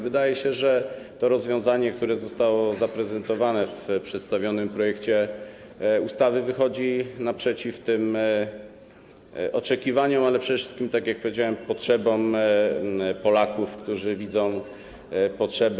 Wydaje się, że to rozwiązanie, które zostało zaprezentowane w przedstawionym projekcie ustawy, wychodzi naprzeciw tym oczekiwaniom, przede wszystkim, tak jak powiedziałem, oczekiwaniom Polaków, którzy widzą taką potrzebę.